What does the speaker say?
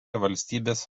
valstybės